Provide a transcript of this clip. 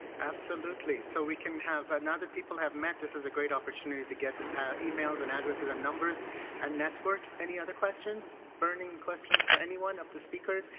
absolutely. so we can have now that people have met, this is a great opportunity to get emails and addresses and numbers and network. any other questions, burning questions for anyone of the speakers?